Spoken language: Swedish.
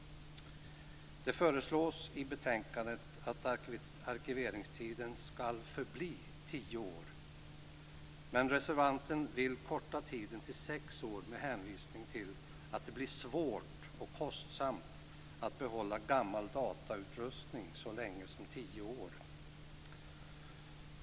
Det föreslås i betänkandet att arkiveringstiden ska förbli tio år, men reservanten vill korta tiden till sex år med hänvisning till att det blir svårt och kostsamt att behålla gammal datorutrustning så länge som tio år.